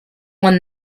one